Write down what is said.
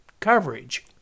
coverage